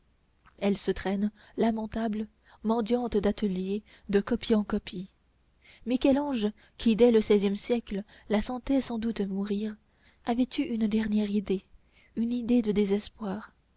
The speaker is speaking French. elle se traîne lamentable mendiante d'atelier de copie en copie michel-ange qui dès le seizième siècle la sentait sans doute mourir avait eu une dernière idée une idée de désespoir